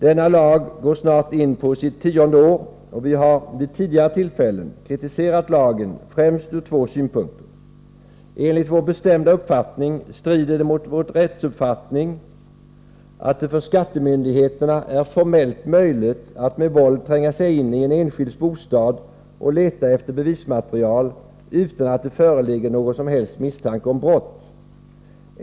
Denna lag går snart in på sitt tionde år, och vi har vid tidigare tillfällen kritiserat lagen främst ur två synpunkter. Enligt vår bestämda uppfattning strider det mot vår rättsuppfattning att det för skattemyndigheterna är formellt möjligt att med våld tränga sig in i en enskilds bostad och leta efter bevismaterial utan att det föreligger någon som helst misstanke om brott.